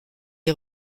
est